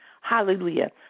Hallelujah